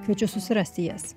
kviečiu susirasti jas